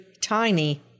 tiny